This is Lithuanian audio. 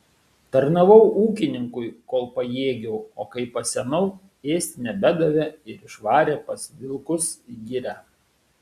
tarnavau ūkininkui kol pajėgiau o kai pasenau ėsti nebedavė ir išvarė pas vilkus į girią